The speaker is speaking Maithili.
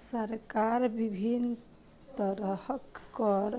सरकार विभिन्न तरहक कर,